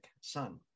son